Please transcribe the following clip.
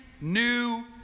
new